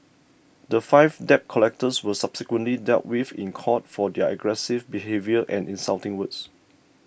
the five debt collectors were subsequently dealt with in court for their aggressive behaviour and insulting words